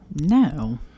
No